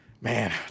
man